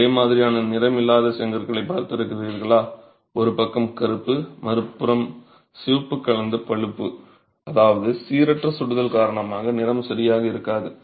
ஒரே மாதிரியான நிறம் இல்லாத செங்கற்களைப் பார்த்திருக்கிறீர்களா ஒரு பக்கம் கருப்பு மறுபுறம் சிவப்பு கலந்த பழுப்பு அதாவது சீரற்ற சுடுதல் காரணமாக நிறம் சரியாக இருக்காது